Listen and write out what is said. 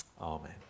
Amen